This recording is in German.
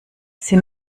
sie